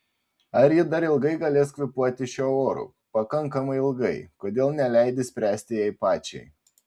ar ji dar ilgai galės kvėpuoti šiuo oru pakankamai ilgai kodėl neleidi spręsti jai pačiai